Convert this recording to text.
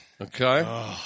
Okay